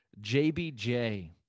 JBJ